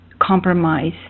compromise